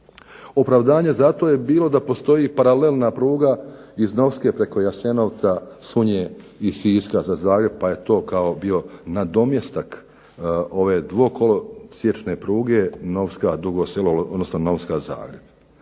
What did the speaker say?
Opravdanje za to je bilo da postoji paralelna pruga iz Novske preko Jasenovca, Sunje, iz Siska za Zagreb pa je to bio nadomjestak ove dvokolosječne pruge Novska-Zagreb.